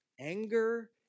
Anger